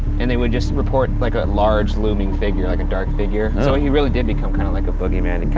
and they would just report, like a large looming figure. like a dark figure. so he really did become kinda kind of like a boogeyman.